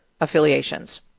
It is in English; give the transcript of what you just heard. affiliations